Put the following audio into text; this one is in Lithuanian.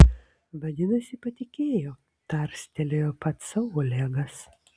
vadinasi patikėjo tarstelėjo pats sau olegas